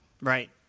Right